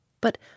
But